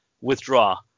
withdraw